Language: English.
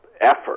effort